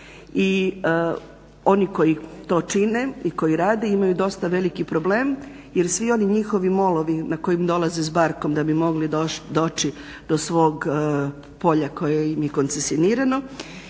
I oni koji to čine i koji rade imaju dosta veliki problem jer svi oni njihovi molovi na koje dolaze s barkom da bi mogli doći do svog polja koje im je koncesionirano